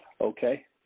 Okay